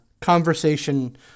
conversation